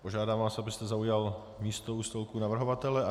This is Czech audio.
Požádám vás, abyste zaujal místo u stolku navrhovatele.